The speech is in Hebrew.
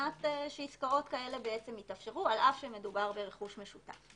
שעסקאות כאלה יתאפשרו על אף שמדובר ברכוש משותף.